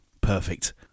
Perfect